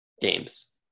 games